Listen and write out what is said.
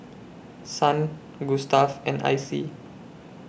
Kasen Gustav and Icy